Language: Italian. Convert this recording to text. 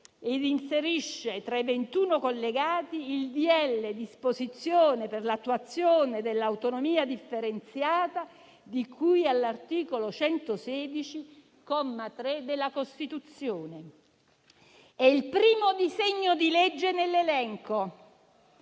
e inserisce tra i ventuno collegati il decreto-legge "Disposizioni per l'attuazione dell'autonomia differenziata di cui all'articolo 116, comma 3, della Costituzione". È il primo disegno di legge nell'elenco,